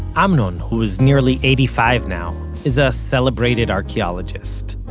amnon, who's nearly eighty-five now, is a celebrated archeologist.